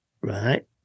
right